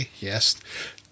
Yes